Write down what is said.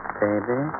baby